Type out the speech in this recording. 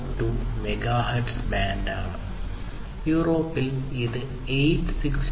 42 megahertz band ആണ് യൂറോപ്പിൽ ഇത് 868